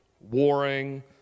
warring